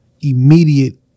immediate